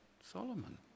Solomon